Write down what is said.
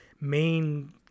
main